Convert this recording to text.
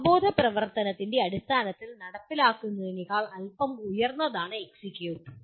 അവബോധ പ്രവർത്തനത്തിന്റെ അടിസ്ഥാനത്തിൽ നടപ്പിലാക്കുന്നതിനേക്കാൾ അല്പം ഉയർന്നതാണ് എക്സിക്യൂട്ട്